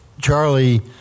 Charlie